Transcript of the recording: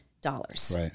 dollars